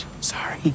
sorry